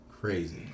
Crazy